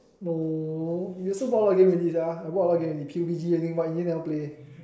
no you also bought a lot of games already sia I bought a lot of games P U B G but in the end never play